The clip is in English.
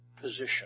position